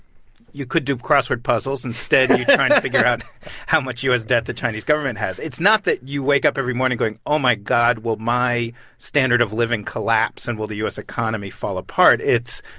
you could do crossword puzzles. instead, you're trying to figure out how much u s. debt the chinese government has. it's not that you wake up every morning going, oh, my god, will my standard of living collapse and will the u s. economy fall apart? it's,